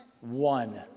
One